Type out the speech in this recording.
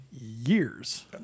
years